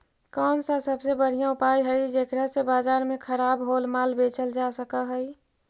कौन सा सबसे बढ़िया उपाय हई जेकरा से बाजार में खराब होअल माल बेचल जा सक हई?